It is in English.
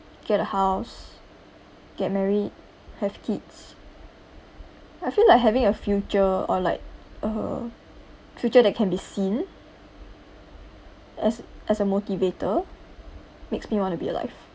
get a house get married have kids I feel like having a future or like a future that can be seen as as a motivator makes me want to be alive